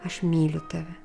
aš myliu tave